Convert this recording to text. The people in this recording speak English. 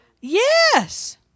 Yes